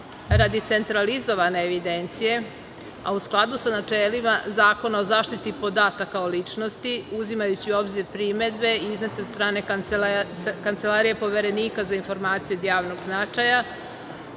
radi centralizovane evidencije, a u skladu sa načelima Zakona o zaštiti podataka o ličnosti, uzimajući u obzir primedbe iznete od strane Kancelarije poverenika za informacije od javnog značaja